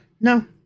No